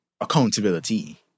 accountability